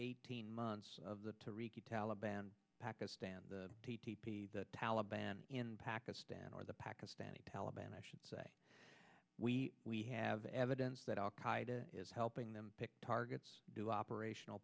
eighteen months of the to rekey taliban pakistan the t t p the taliban in pakistan or the pakistani taliban i should say we we have evidence that al qaeda is helping them pick targets do operational